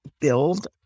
build